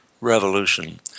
revolution